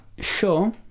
sure